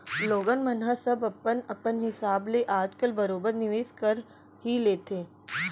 लोगन मन ह सब अपन अपन हिसाब ले आज काल बरोबर निवेस कर ही लेथे